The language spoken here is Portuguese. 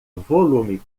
volume